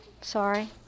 sorry